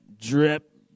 drip